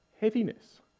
heaviness